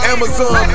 Amazon